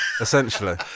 essentially